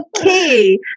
Okay